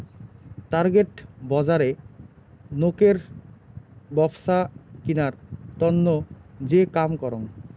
target বজারে নোকের ব্যপছা কিনার তন্ন যে কাম করং